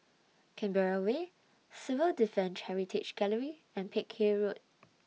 Canberra Way Civil Defence Heritage Gallery and Peck Hay Road